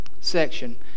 section